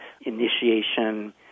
initiation